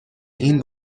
این